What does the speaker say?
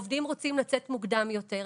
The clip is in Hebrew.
עובדים רוצים לצאת מוקדם יותר,